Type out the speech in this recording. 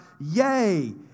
yay